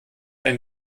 ein